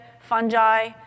fungi